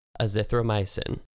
Azithromycin